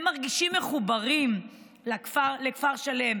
הם מרגישים מחוברים לכפר שלם.